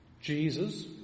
Jesus